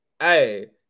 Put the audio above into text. Hey